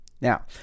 Now